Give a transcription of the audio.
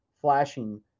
flashing